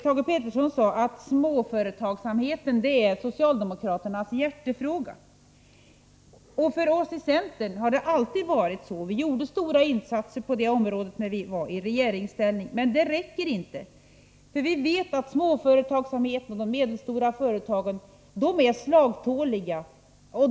Thage Peterson sade att småföretagsamheten är socialdemokraternas hjärtefråga. För oss i centern har det alltid varit en viktig fråga. Vi gjorde stora insatser på det området när vi var i regeringsställning. Men det räcker inte. Vi vet att småföretagen och de medelstora företagen är slagtåliga.